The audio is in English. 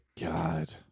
God